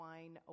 Wine